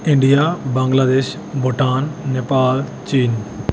India Bangladesh Bhutan Nepal China